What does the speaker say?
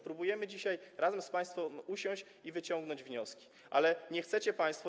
Próbujemy dzisiaj razem z państwem usiąść i wyciągnąć wnioski, ale nie chcecie państwo.